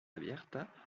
abierta